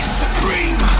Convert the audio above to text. supreme